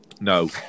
No